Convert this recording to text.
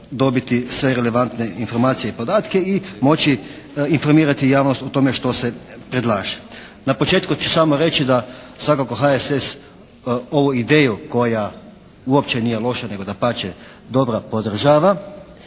dobiti sve relevantne informacije i podatke i moći informirati o tome što se predlaže. Na početku ću samo reći da svakako HSS ovu ideju koja uopće nije loša nego dapače dobro podržava,